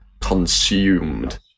consumed